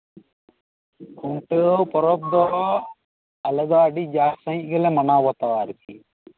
ᱠᱷᱩᱱᱴᱟᱹᱣ ᱯᱚᱨᱚᱵᱽ ᱫᱚ ᱟᱞᱮ ᱫᱚ ᱟᱹᱰᱤ ᱡᱟᱠ ᱥᱟᱹᱦᱤᱡ ᱜᱮᱞᱮ ᱢᱟᱱᱟᱣᱟ ᱵᱟᱛᱟᱣᱟ ᱟᱨᱠᱤ